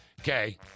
okay